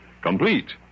Complete